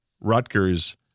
Rutgers